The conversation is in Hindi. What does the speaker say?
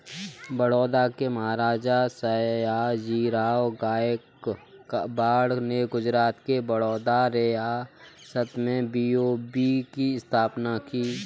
बड़ौदा के महाराजा, सयाजीराव गायकवाड़ ने गुजरात के बड़ौदा रियासत में बी.ओ.बी की स्थापना की